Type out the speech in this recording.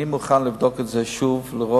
אני מוכן לבדוק את זה שוב נקודתית,